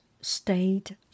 stayed